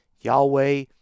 yahweh